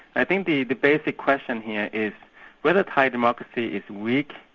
i think the the basic question here is whether thai democracy is weak,